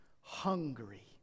hungry